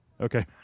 okay